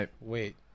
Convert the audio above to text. Wait